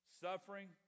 Suffering